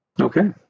Okay